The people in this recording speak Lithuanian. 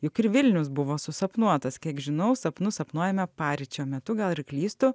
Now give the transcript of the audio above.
juk ir vilnius buvo susapnuotas kiek žinau sapnus sapnuojame paryčio metu gal ir klystu